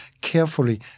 carefully